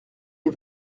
des